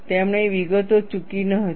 તેમણે વિગતો ચૂકી ન હતી